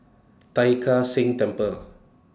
Tai Kak Seah Temple